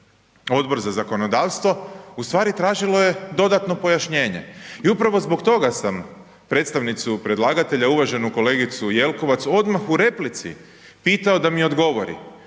Odbor za zakonodavstvo ustvari tražilo je dodatno pojašnjenje. I upravo zbog toga sam predstavnicu predlagatelja uvaženu kolegicu Jelkovac odmah u replici pitao da mi odgovori